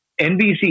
NBC